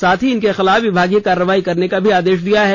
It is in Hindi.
साथ ही इनके खिलाफ विभागीय कार्यवाही करने का भी आदेश दिया है